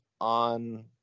on